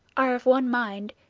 are of one mind,